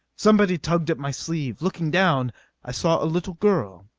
somebody tugged at my sleeve. looking down i saw a little girl.